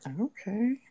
okay